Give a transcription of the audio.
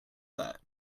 that